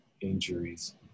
injuries